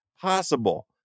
possible